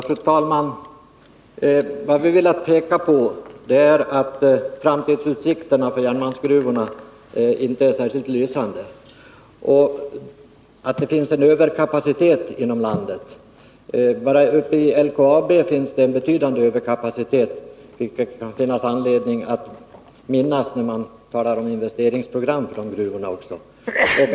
Fru talman! Vad vi velat peka på är att framtidsutsikterna för järnmalmsgruvorna inte är särskilt lysande och att det finns en överkapacitet inom landet. Bara i LKAB finns en betydande överkapacitet, vilket det kan finnas anledning att minnas när man talar om investeringsprogram för gruvorna.